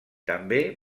també